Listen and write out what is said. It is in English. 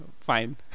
Fine